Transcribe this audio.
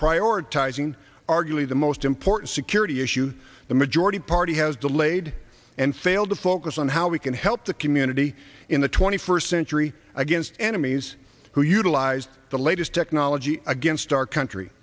prioritizing arguably the most important security issue the majority party has delayed and failed to focus on how we can help the community in the twenty first century against enemies who utilize the latest technology against our country